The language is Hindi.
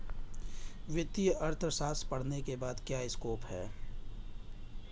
वित्तीय अर्थशास्त्र पढ़ने के बाद क्या स्कोप है?